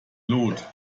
lot